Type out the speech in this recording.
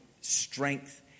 strength